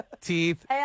teeth